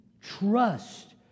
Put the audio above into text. trust